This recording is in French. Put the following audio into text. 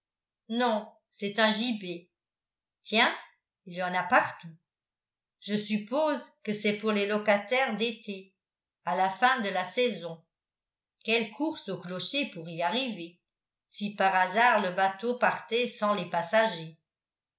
non c'est un gibet tiens il y en a partout je suppose que c'est pour les locataires d'été à la fin de la saison quelle course au clocher pour y arriver si par hasard le bateau partait sans les passagers